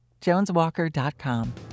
JonesWalker.com